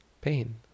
pain